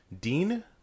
dean